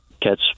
catch